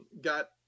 got